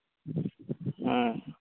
ᱦᱮᱸ